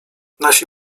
nasi